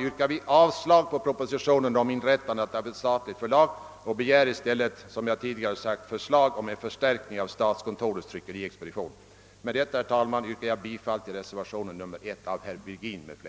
yrkar vi avslag på propositionen om inrättandet av ett statligt förlag och begär i stället, som jag tidigare framhållit, en förstärkning av statskontorets tryckeriexpedition. Herr talman! Med det anförda ber jag att få yrka bifall till reservationen 1 av herr Virgin m.fl.